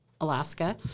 Alaska